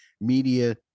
Media